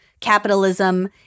capitalism